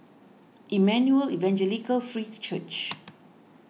Emmanuel Evangelical Free Church